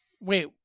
Wait